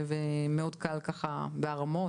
מאוד פשוט כך להתמצא.